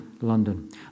London